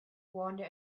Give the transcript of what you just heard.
wander